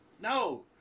no